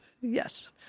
yes